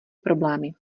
problémy